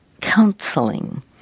counseling